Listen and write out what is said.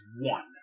one